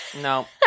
no